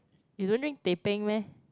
you don't drink teh peng meh